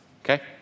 Okay